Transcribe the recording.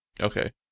Okay